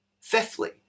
Fifthly